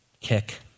kick